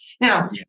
Now